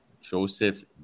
Joseph